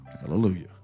Hallelujah